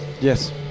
yes